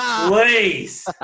Please